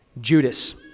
Judas